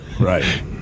right